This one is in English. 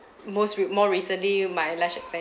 most rec~ more recently my lash extensions